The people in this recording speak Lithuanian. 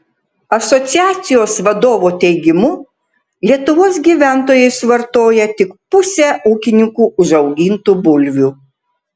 asociacijos vadovų teigimu lietuvos gyventojai suvartoja tik pusę ūkininkų užaugintų bulvių